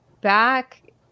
back